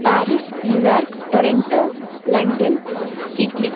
Paris New York Toronto London Sydney